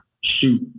shoot